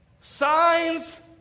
signs